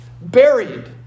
Buried